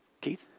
Keith